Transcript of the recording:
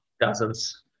dozens